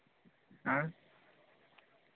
हां